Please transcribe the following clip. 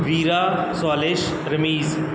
ਵੀਰਾ ਸਾਲੇਸ਼ ਰਮੀਜ